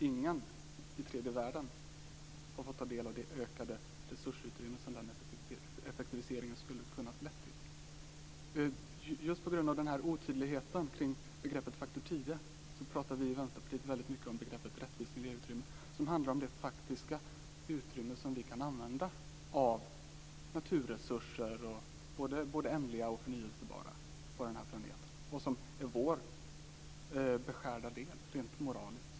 Ingen i tredje världen har fått ta del av det ökade resursutrymme som den effektiviseringen skulle ha kunnat leda till. Just på grund av otydligheten kring begreppet faktor tio pratar vi i Vänsterpartiet mycket om rättvist miljöutrymme, som handlar om det faktiska utrymme som finns för användning av naturresurser - både ändliga och förnybara - på den här planeten och som är vår beskärda del rent moraliskt sett.